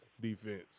defense